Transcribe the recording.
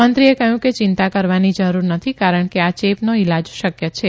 મંત્રીએ કહ્યું કે ચિંતા કરવાની જરૂર નથી કારણ કે આ યે નો ઇલાજ શક્ય છે